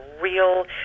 real